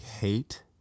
hate